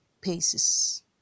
paces